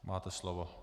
Máte slovo.